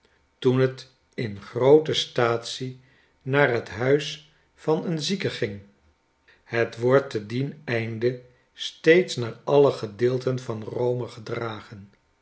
toen het in groote staatsie naar het huis van een zieke ging het wordt te dien einde steeds naar alle gedeelten van rome gedragen